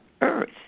Earth